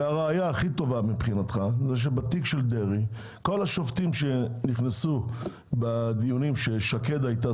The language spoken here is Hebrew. הראיה הכי טובה מבחינתך זה שבתיק של דרעי כל השופטים שנכנסו לבית המשפט